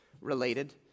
related